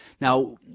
Now